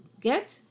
get